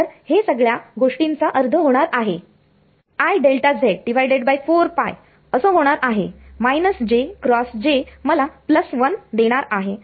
तर हे ह्या सगळ्या गोष्टींच्या अर्ध होणार आहे IΔz4π असं होणार आहे − j × j मला 1 देणार आहे